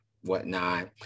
whatnot